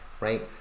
right